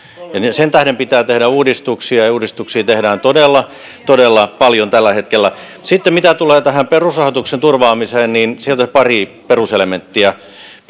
sen tähden pitää tehdä uudistuksia ja uudistuksia tehdään todella todella paljon tällä hetkellä mitä tulee sitten tähän perusrahoituksen turvaamiseen niin sieltä pari peruselementtiä